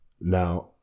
now